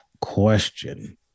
question